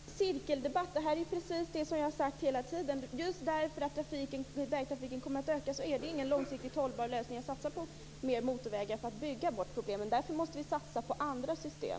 Fru talman! Det här är ju en cirkeldebatt. Detta är precis vad jag har sagt hela tiden. Just därför att vägtrafiken kommer att öka är det ingen långsiktigt hållbar lösning att satsa på mer motorvägar för att bygga bort problemen. Därför måste vi satsa på andra system.